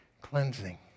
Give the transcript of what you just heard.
cleansing